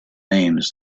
names